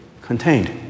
contained